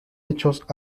hechos